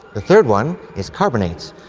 the third one is carbonates.